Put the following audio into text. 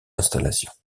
installations